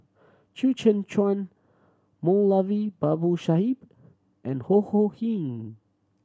Chew Kheng Chuan Moulavi Babu Sahib and Ho Ho Ying